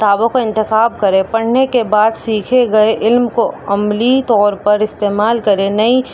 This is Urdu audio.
کتابوں کا انتخاب کریں پرھنے کے بعد سیکھے گئے علم کو عملی طور پر استعمال کریں نئی